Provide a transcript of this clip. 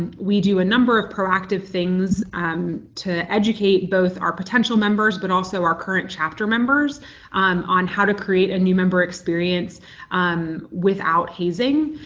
and we do a number of proactive things um to educate both our potential members but also our current chapter members on on how to create a new member experience um without hazing.